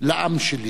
לעם שלי: